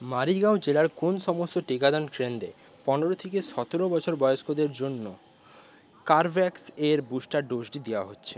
মারিগাঁও জেলার কোন সমস্ত টিকাদান কেন্দ্রে পনেরো থেকে সতেরো বছর বয়স্কদের জন্য কারভ্যাক্স এর বুস্টার ডোজ টি দেওয়া হচ্ছে